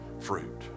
fruit